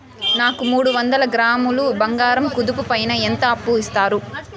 నాకు మూడు వందల గ్రాములు బంగారం కుదువు పైన ఎంత అప్పు ఇస్తారు?